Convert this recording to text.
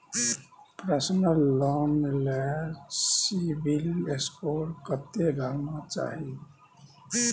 Personal loan ले CIBIL score कत्ते रहना चाही?